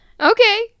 Okay